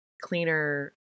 cleaner